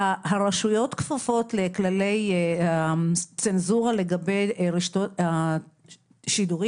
הרשויות כפופות לכללי הצנזורה לגבי השידורים,